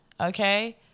okay